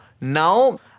Now